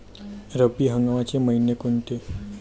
रब्बी हंगामाचे मइने कोनचे?